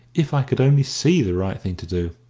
if i could only see the right thing to do.